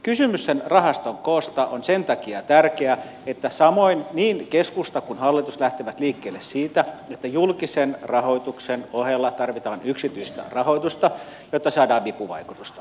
kysymys rahaston koosta on sen takia tärkeä että niin keskusta kuin hallitus lähtevät liikkeelle siitä että julkisen rahoituksen ohella tarvitaan yksityistä rahoitusta jotta saadaan vipuvaikutusta